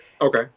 Okay